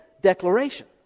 declaration